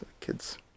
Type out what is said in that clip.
kids